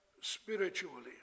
spiritually